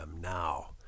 now